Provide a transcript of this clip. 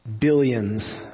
billions